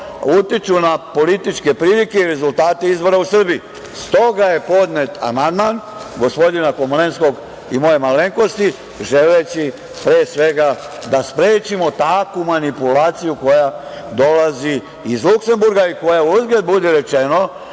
utiču na političke prilike i rezultate izbora u Srbiji. Stoga je podnet amandman gospodina Komlenskog i moje malenkosti želeći, pre svega, da sprečimo takvu manipulaciju koja dolazi iz Luksemburga i koja uzgled budi rečeno